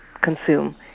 consume